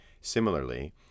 Similarly